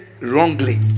wrongly